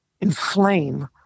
Inflame